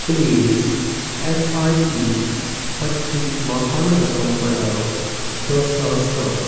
please S I P بچتٕچ ماہانہ رقم پڑاو دہ ساس تام